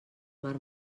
mar